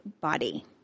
body